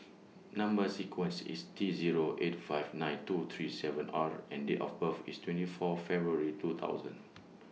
Number sequence IS T Zero eight five nine two three seven R and Date of birth IS twenty four February two thousand